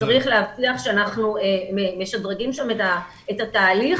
צריך להבטיח שאנחנו משדרגים את התהליך